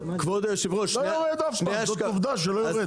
לא יורד אף פעם, זאת עובדה שלא יורד.